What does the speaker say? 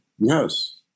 yes